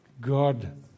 God